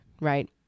right